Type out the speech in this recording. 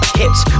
hits